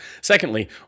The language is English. Secondly